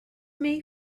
may